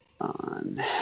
On